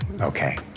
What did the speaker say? okay